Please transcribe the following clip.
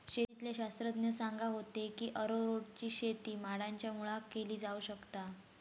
शेतीतले शास्त्रज्ञ सांगा होते की अरारोटची शेती माडांच्या मुळाक केली जावक शकता